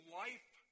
life